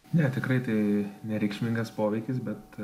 ne tikrai tai nereikšmingas poveikis bet